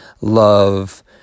love